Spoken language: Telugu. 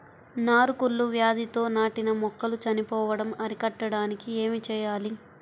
నారు కుళ్ళు వ్యాధితో నాటిన మొక్కలు చనిపోవడం అరికట్టడానికి ఏమి చేయాలి?